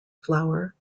flower